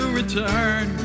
return